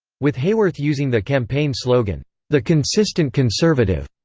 with hayworth using the campaign slogan the consistent conservative,